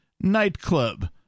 nightclub